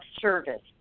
service